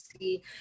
see